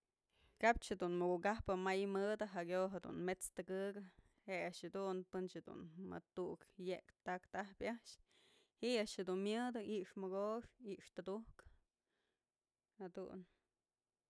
Ka jedun mukëkap may mëdë jakyo jedun met's tëkëk je'e a'ax jedun pën jedun mët tu'uk yëktaktë a'ax ji'i a'ax jedun myëdë i'ixë mokoxkë i'ixë tudujkë jadun.